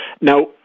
Now